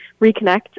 reconnect